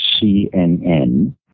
CNN